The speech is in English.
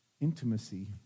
Intimacy